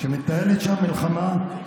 שמתנהלת שם מלחמה,